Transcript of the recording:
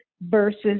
versus